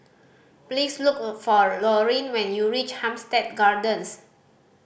please look for Lorin when you reach Hampstead Gardens